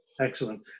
Excellent